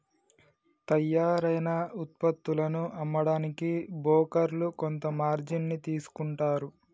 తయ్యారైన వుత్పత్తులను అమ్మడానికి బోకర్లు కొంత మార్జిన్ ని తీసుకుంటారు